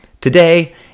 Today